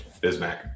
Bismack